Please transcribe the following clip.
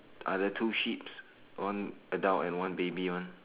are the two sheeps one adult and one baby one